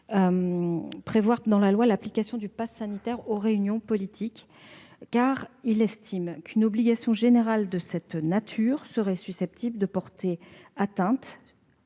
prévoir dans la loi l'application du passe sanitaire aux réunions politiques, car il estime qu'une obligation générale de cette nature serait susceptible de porter une atteinte